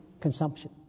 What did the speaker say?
consumption